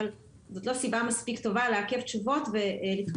אבל זאת לא סיבה מספיק טובה לעכב תשובות ולתקוע